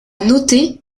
noter